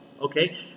Okay